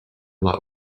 lot